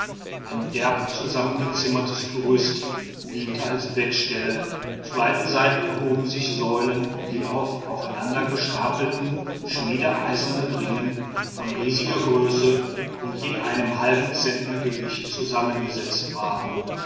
ein derb zusammengezimmertes gerüst diente als bettstelle zu beiden seiten erhoben sich säulen die aus aufeinandergestapelten schmiedeeisernen ringen von riesiger größe und je einem halben zentner gewicht zusammengesetzt waren